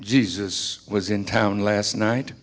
jesus was in town last night